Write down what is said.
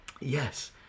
Yes